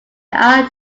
are